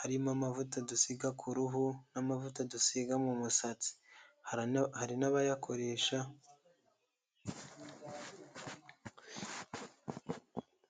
harimo amavuta dusiga ku ruhu n'amavuta dusiga mu musatsi, hari n'abayakoresha.